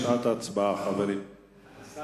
ההצעה להעביר את הנושא